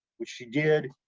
which she did.